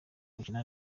gukina